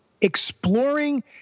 exploring